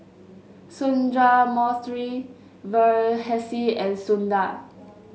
Sundramoorthy Verghese and Sundar